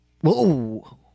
Whoa